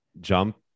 jump